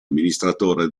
amministratore